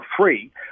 free